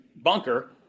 bunker